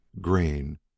green